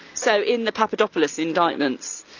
so in the papadopoulos indictments,